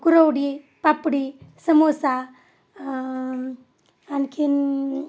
कुरवडी पापडी समोसा आणखीन